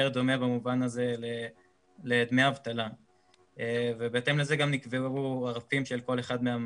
דומה במובן הזה לדמי אבטלה ובהתאם לזה גם נקבעו הרפים של כל אחד מהמענקים.